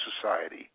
society